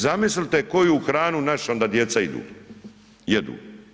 Zamislite koju hranu naša onda djeca jedu?